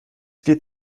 gilt